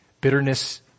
bitterness